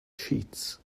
sheets